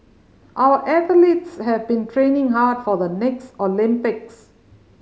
our athletes have been training hard for the next Olympics